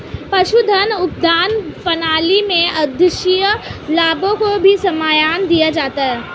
पशुधन उत्पादन प्रणाली में आद्रशिया लाभों को भी मायने दिया जाता है